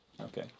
Okay